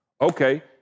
Okay